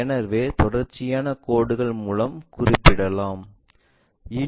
இந்த விளிம்புகளும் தெரியும் எனவே தொடர்ச்சியான கோடுகள் மூலம் குறிப்பிடலாம்